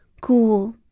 Cool